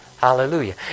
Hallelujah